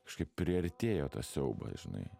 kažkaip priartėjo tas siaubas žinai